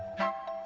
help